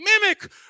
mimic